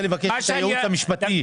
לבקש את הייעוץ המשפטי,